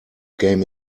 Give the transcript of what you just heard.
game